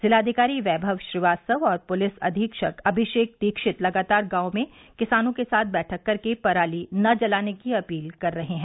जिलाबिकारी वैमव श्रीवास्तव और पुलिस अधीक्षक अमिरेक दीक्षित लगातार गांवों में किसानों के साथ बैठक करके पराती न जलाने की अपील कर रहे हैं